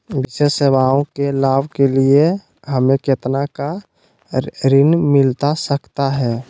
विशेष सेवाओं के लाभ के लिए हमें कितना का ऋण मिलता सकता है?